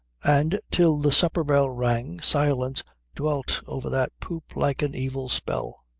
and till the supper bell rang silence dwelt over that poop like an evil spell.